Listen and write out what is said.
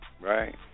right